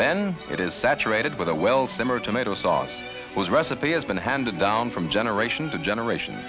then it is saturated with a well simmer tomato sauce was recipe has been handed down from generation to generation